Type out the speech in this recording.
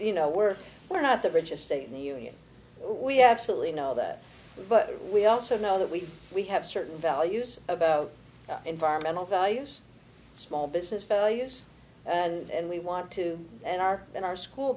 you know we're we're not the richest state in the union we absolutely know that but we also know that we we have certain values about environmental values small business values and we want to and our in our school